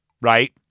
right